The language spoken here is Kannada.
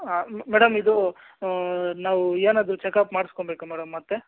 ಹಾಂ ಮೇಡಮ್ ಇದು ನಾವು ಏನಾದರು ಚೆಕಪ್ ಮಾಡ್ಸ್ಕೋಬೇಕಾ ಮೇಡಮ್ ಮತ್ತೆ